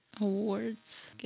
Awards